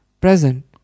present